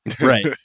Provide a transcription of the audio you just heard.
Right